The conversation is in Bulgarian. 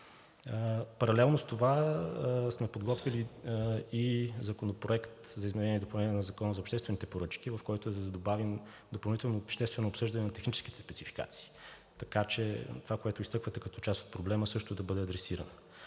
Паралелно с това сме подготвили и Законопроект за изменение и допълнение на Закона за обществените поръчки, в който да добавим допълнително обществено обсъждане на техническите спецификации, така че това, което изтъквате като част от проблема, също да бъде адресиран.